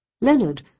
Leonard